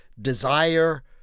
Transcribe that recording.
desire